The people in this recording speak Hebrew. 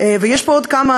ויש פה עוד כמה